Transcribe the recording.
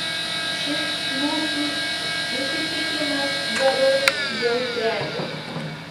šis mūsų susitikimas berods jau trečias